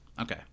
Okay